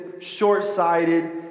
short-sighted